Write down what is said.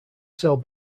cell